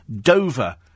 Dover